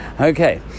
Okay